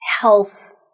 health